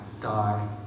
die